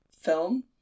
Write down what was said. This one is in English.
film